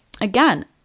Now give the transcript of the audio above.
again